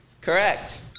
correct